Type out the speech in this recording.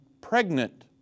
pregnant